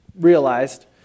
realized